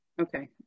okay